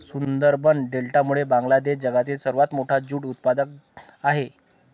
सुंदरबन डेल्टामुळे बांगलादेश जगातील सर्वात मोठा ज्यूट उत्पादक आहे